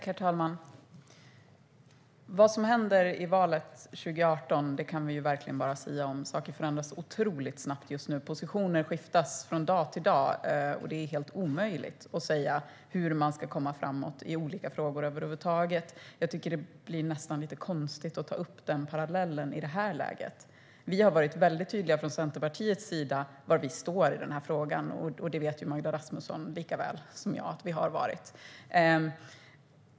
Herr talman! Vad som händer i valet 2018 kan vi verkligen bara sia om. Saker förändras otroligt snabbt just nu. Positioner skiftas från dag till dag, och det är helt omöjligt att säga hur man över huvud taget ska komma framåt i olika frågor. Det blir nästan lite konstigt att dra den parallellen i det här läget. Vi har varit tydliga från Centerpartiets sida med var vi står i den här frågan. Det vet Magda Rasmusson lika väl som jag att vi har varit.